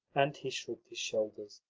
and he shrugged shoulders.